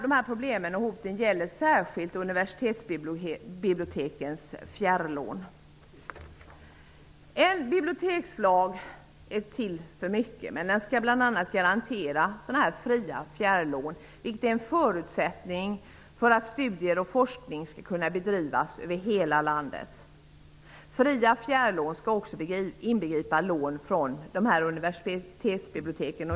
Dessa hot och problem gäller särskilt universitetsbibliotekens fjärrlån. En bibliotekslag har många syften, men den skall bl.a. garantera sådana fria fjärrlån. De är en förutsättning för att studier och forskning skall kunna bedrivas över hela landet. Fria fjärrlån skall också inbegripa lån från universitetsbiblioteken.